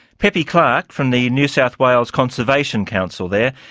pepe clarke from the new south wales conservation council there,